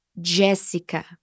Jessica